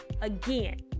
again